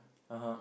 (uh huh)